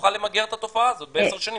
יכולה להגיד מה העלות של הבדיקה לפי הערכה שלך?